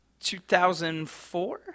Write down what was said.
2004